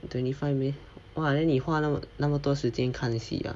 twenty five minutes !wah! then 你花那么那么多时间看戏了